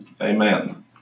Amen